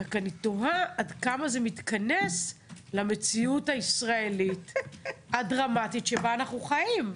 רק אני תוהה עד כמה זה מתכנס למציאות הישראלית הדרמטית שבה אנחנו חיים.